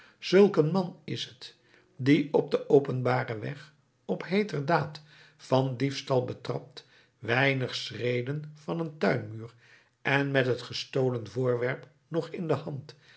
een man is t die op den openbaren weg op heeter daad van diefstal betrapt weinige schreden van een tuinmuur en met het gestolen voorwerp nog in de hand